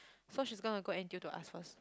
so she's gonna go N_T_U to ask first